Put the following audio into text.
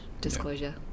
disclosure